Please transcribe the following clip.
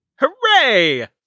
Hooray